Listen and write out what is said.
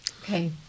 Okay